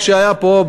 כשהיה פה,